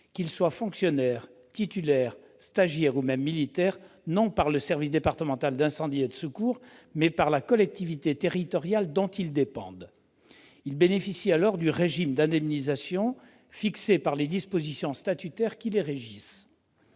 qu'ils soient fonctionnaires, titulaires, stagiaires ou même militaires, non pas par le service départemental d'incendie et de secours, ou SDIS, mais par la collectivité territoriale dont ils dépendent. Ils bénéficient alors du régime d'indemnisation fixé par les dispositions statutaires qui les régissent.